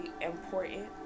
important